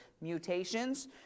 Mutations